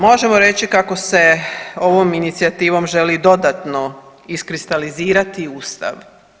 Možemo reći kako se ovom inicijativom želi dodatno iskristalizirati Ustav.